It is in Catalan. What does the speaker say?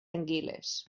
anguiles